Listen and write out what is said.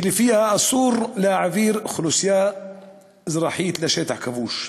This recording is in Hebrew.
אסור להעביר אוכלוסייה אזרחית לשטח כבוש.